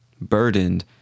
Burdened